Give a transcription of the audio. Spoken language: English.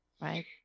Right